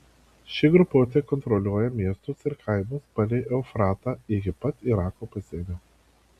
ši grupuotė kontroliuoja miestus ir kaimus palei eufratą iki pat irako pasienio